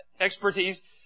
expertise